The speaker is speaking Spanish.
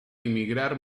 emigrar